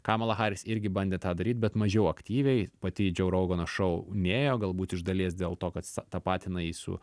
kamala haris irgi bandė tą daryt bet mažiau aktyviai pati į džiau rougano šou nėjo galbūt iš dalies dėl to kad sa tapatina jį su